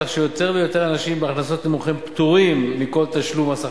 כך שיותר ויותר אנשים בהכנסות נמוכות פטורים מכל תשלום מס הכנסה.